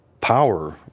power